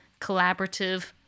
collaborative –